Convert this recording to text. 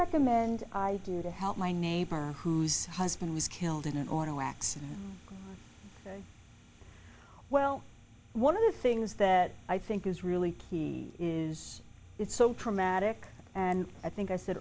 recommend i do to help my neighbor whose husband was killed in an auto accident well one of the things that i think is really key is it's so traumatic and i think i said